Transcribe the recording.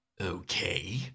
Okay